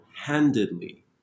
Handedly